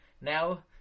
now